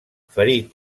ferit